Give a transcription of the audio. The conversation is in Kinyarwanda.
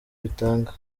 bitanga